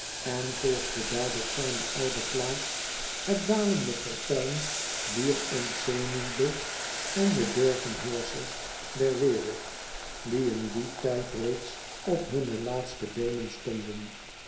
en volgde daar op zijne oude plaats het dalende fortuin dier ontzenuwde en bedorven heerschers der wereld die in dien tijd reeds op hunne laatste beenen stonden